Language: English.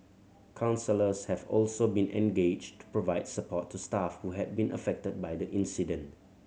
counsellors have also been engaged to provide support to staff who have been affected by the incident